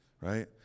right